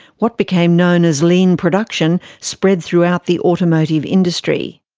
what became known as lean production spread throughout the automotive industry.